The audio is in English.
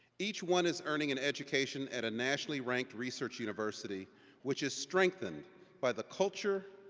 each one is earning an education at a nationally ranked research university which is strengthened by the culture,